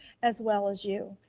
as well as you.